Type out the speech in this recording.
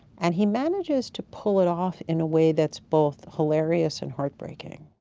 and he manages to pull it off in a way that's both hilarious and heartbreaking.